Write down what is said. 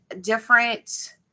different